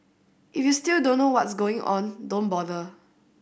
if you still don't know what's going on don't bother